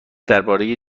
درباره